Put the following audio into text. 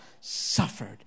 suffered